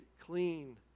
clean